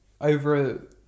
over